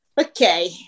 Okay